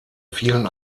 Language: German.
vielen